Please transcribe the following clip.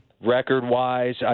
record-wise